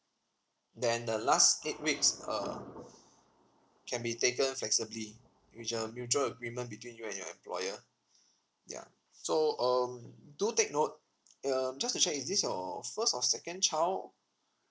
then the last eight weeks uh can be taken flexibly with a mutual agreement between you and your employer ya so um do take note um just to check is this your first or second child